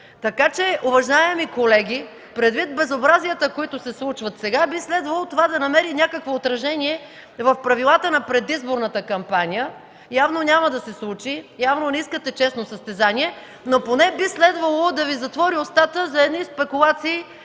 така че, уважаеми колеги, предвид безобразията, които се случват сега, би следвало това да намери някакво отражение в правилата на предизборната кампания. Явно няма да се случи. Явно не искате честно състезание, но поне би следвало да Ви затвори устата за едни спекулации,